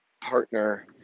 partner